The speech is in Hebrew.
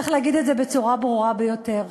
צריך להגיד את זה בצורה ברורה ביותר: